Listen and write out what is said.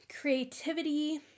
creativity